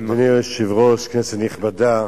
אדוני היושב-ראש, כנסת נכבדה,